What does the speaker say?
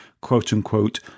quote-unquote